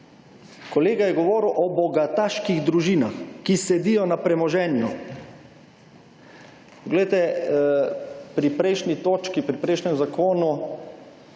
Kolega je govoril o bogataških družinah, ki sedijo na premoženju. Poglejte, pri prejšnji točki, pri prejšnjem zakonu